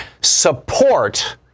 support